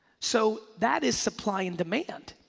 so that is supply and demand.